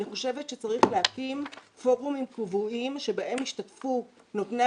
אני חושבת שצריך להקים פורומים קבועים שבהם ישתתפו נותני